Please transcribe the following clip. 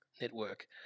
network